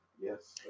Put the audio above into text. Yes